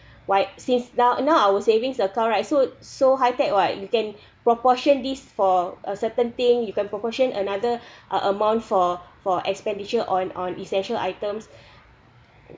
right since now now our savings account right so so high tech [what] you can proportion these for a certain thing you can proportion another uh amount for for expenditure on on essential items